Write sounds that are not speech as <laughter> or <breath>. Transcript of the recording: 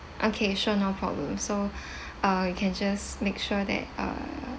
okay sure no problem so <breath> uh you can just make sure that uh